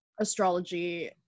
astrology